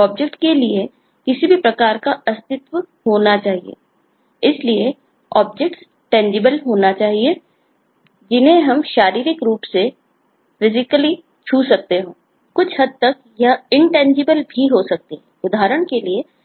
सकती है